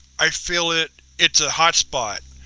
i feel it it's a hot spot.